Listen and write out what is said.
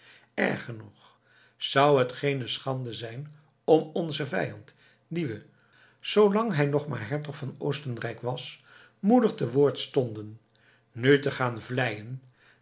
erger nog zou het geene schande zijn om onzen vijand dien we zoo lang hij nog maar hertog van oostenrijk was moedig te woord stonden nu te gaan vleien